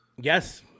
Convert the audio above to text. Yes